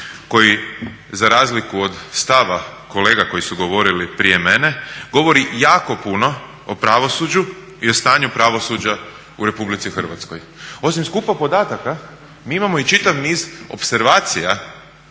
koji za razliku od stava kolega koji su govorili prije mene jako puno o pravosuđu i o stanju pravosuđa u RH. Osim skupa podataka mi imamo i čitav niz opservacija